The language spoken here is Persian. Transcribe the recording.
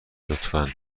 لطفا